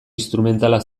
instrumentala